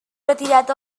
retirat